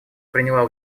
приняла